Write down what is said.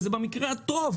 וזה עוד במקרה הטוב.